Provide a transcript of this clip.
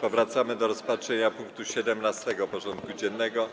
Powracamy do rozpatrzenia punktu 17. porządku dziennego: